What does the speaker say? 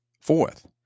fourth